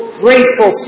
grateful